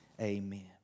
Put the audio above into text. Amen